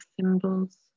symbols